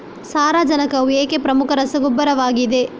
ಸಾರಜನಕವು ಏಕೆ ಪ್ರಮುಖ ರಸಗೊಬ್ಬರವಾಗಿದೆ?